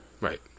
Right